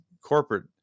corporate